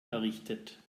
errichtet